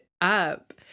up